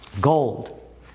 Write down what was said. gold